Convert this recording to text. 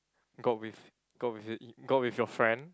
go out with go out with it uh go out with your friend